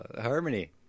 Harmony